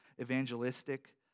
evangelistic